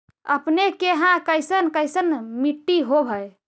अपने के यहाँ कैसन कैसन मिट्टी होब है?